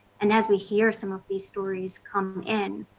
and as we hear some of these stories come in.